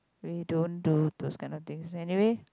we don't do this kind of things anyway